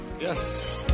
Yes